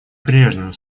прежнему